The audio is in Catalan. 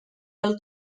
pel